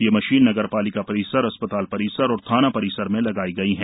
ये मशीन नगरपालिका परिसर अस्पताल परिसर और थाना परिसर में लगाई गई हैं